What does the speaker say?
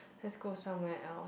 let's go somewhere else